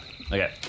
okay